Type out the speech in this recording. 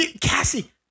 Cassie